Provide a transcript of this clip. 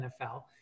NFL